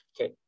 Okay